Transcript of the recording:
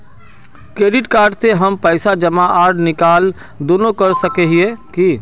Credit card से हम पैसा जमा आर निकाल दोनों कर सके हिये की?